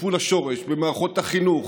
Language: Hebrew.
לטיפול שורש במערכות החינוך,